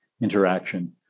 interaction